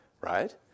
Right